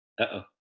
Uh-oh